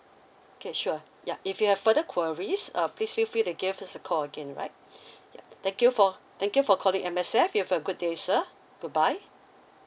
okay sure ya if you have further queries uh please feel free to give us a call again right ya thank you for thank you for calling M_S_F you have a good day sir goodbye